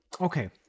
Okay